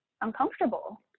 uncomfortable